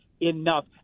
enough